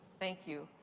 thank you.